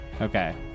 Okay